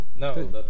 No